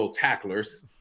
tacklers